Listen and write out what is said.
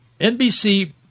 NBC